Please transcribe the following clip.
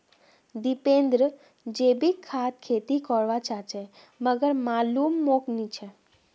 दीपेंद्र जैविक खाद खेती कर वा चहाचे मगर मालूम मोक नी छे